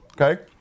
Okay